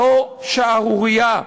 זו שערורייה.